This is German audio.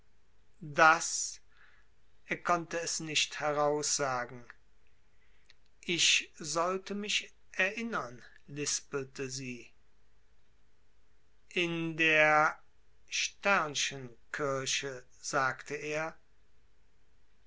daß er konnte es nicht heraussagen ich sollte mich erinnern lispelte sie in der kirche sagte er